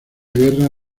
guerra